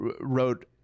wrote